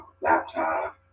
laptop